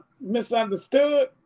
misunderstood